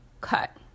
cut